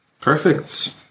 Perfect